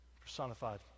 personified